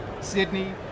Sydney